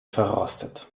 verrostet